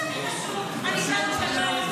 זה הכי חשוב, אני בעד שלום.